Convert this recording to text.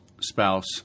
spouse